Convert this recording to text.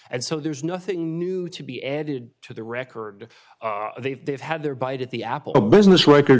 and so there's nothing new to be added to the record they've they've had their bite at the apple a business records